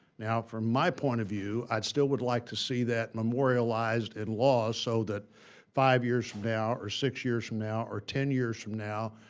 now, from my point of view, i'd still would like to see that memorialized in law so that five years from now or six years from now or ten years from now,